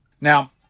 Now